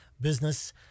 business